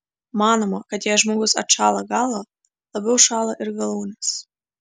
manoma kad jei žmogus atšąla galvą labiau šąla ir galūnės